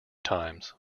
times